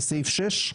לסעיף 6?